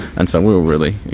and so we were really,